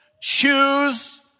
Choose